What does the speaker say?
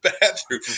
bathroom